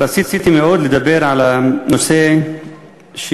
רציתי מאוד לדבר על הנושא שקבענו,